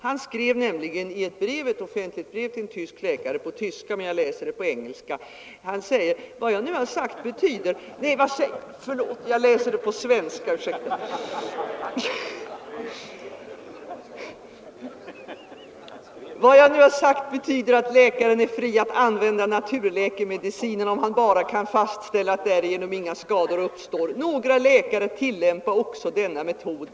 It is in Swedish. Han skrev nämligen i ett offentligt brev till en tysk läkare — brevet är på tyska, men jag läser det på svenska: ”Vad jag nu har sagt betyder att läkaren är fri att använda naturläkemediciner, om han bara kan fastställa att därigenom inga skador uppstå. Några läkare tillämpa också denna metod.